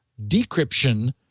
decryption